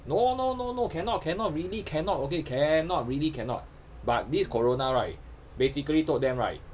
no no no cannot cannot really cannot okay cannot really cannot but this corona right basically told them right